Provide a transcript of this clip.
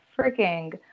freaking